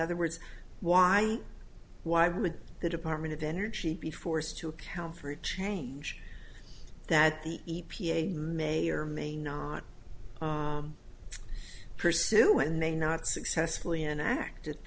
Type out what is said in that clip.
other words why why would the department of energy be forced to account for a change that the e p a may or may not pursue and may not successfully enacted